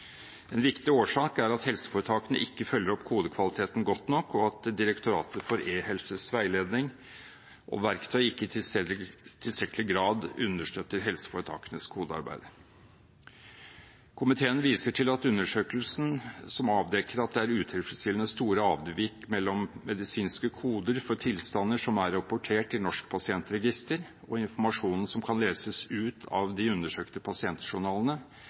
En viktig årsak er at helseforetakene ikke følger opp kodekvaliteten godt nok, og at Direktoratet for e-helses veiledning og verktøy ikke i tilstrekkelig grad understøtter helseforetakenes kodearbeid. Komiteen viser til undersøkelsen som avdekker at det er utilfredsstillende store avvik mellom medisinske koder for tilstander som er rapportert til Norsk pasientregister, og informasjonen som kan leses ut av de undersøkte pasientjournalene,